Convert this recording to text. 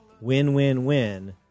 Win-win-win